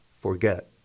forget